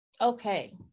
okay